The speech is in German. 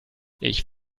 ich